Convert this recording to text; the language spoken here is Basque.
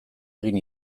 egin